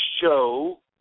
show